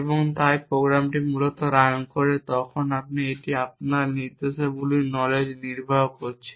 এবং তাই যখন প্রোগ্রামটি মূলত রান করে তখন এটি আপনার নির্দেশাবলীর নলেজ নির্বাহ করছে